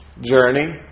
journey